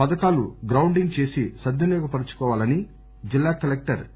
పథకాలు గ్రౌండింగ్ చేసి సద్వినియోగపర్పాలని జిల్లా కలెక్టర్ కె